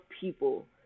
people